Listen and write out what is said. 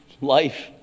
life